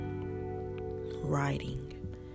writing